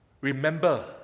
remember